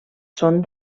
són